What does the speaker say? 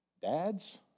Dads